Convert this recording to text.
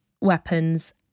weapons